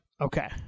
Okay